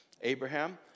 Abraham